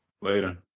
Later